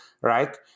right